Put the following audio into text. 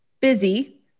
busy